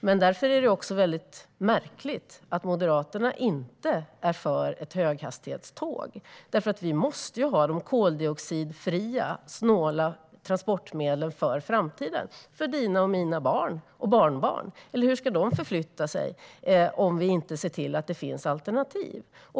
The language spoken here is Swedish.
Då är det märkligt att Moderaterna inte är för hastighetståg, för vi måste ha de koldioxidfria och bränslesnåla transportmedlen för framtiden - för dina och mina barn och barnbarn. Hur ska de förflytta sig om vi inte ser till att det finns alternativ?